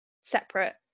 separate